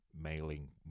mailing